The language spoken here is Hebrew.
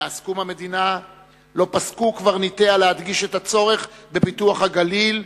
מאז קום המדינה לא פסקו קברניטיה להדגיש את הצורך בפיתוח הגליל,